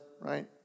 right